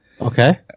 Okay